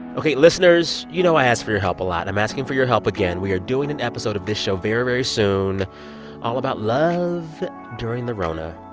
ok, listeners, you know i ask for your help a lot. i'm asking for your help again. we are doing an episode of this show very, very soon all about love during the rona.